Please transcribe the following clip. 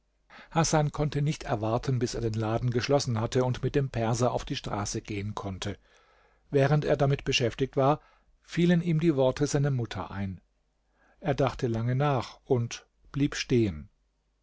hasan konnte nicht erwarten bis er den laden geschlossen hatte und mit dem perser auf die straße gehen konnte während er damit beschäftigt war fielen ihm die worte seiner mutter ein er dachte lange nach und blieb stehen